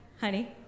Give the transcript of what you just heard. honey